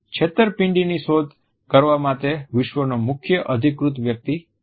છેતરપિંડીની શોધ કરવામાં તે વિશ્વનો મુખ્ય અધિકૃતવ્યક્તિ છે